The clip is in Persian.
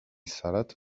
سرت